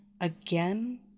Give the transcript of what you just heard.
again